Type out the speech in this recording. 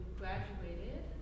graduated